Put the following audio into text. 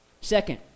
Second